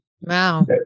Wow